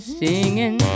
singing